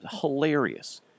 Hilarious